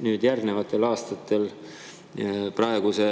taset järgnevatel aastatel praeguse,